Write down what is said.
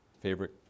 Favorite